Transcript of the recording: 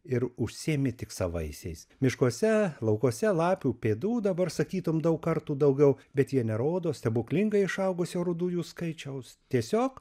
ir užsiėmė tik savaisiais miškuose laukuose lapių pėdų dabar sakytum daug kartų daugiau bet jie nerodo stebuklingai išaugusio rudųjų skaičiaus tiesiog